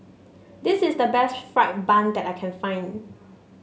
this is the best fried bun that I can find